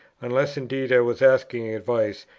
unless indeed i was asking advice,